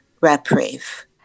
reprieve